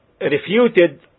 refuted